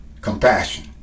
Compassion